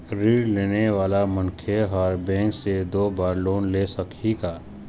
ऋण लेने वाला मनखे हर बैंक से दो बार लोन ले सकही का?